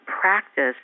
practice